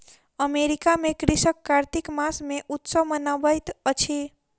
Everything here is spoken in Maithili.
अमेरिका में कृषक कार्तिक मास मे उत्सव मनबैत अछि